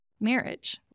Marriage